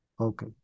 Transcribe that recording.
Okay